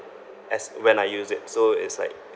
as when I use it so it's like